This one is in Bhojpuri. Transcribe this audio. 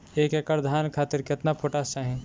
एक एकड़ धान खातिर केतना पोटाश चाही?